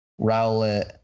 rowlett